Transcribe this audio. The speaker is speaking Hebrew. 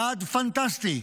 יעד פנטסטי,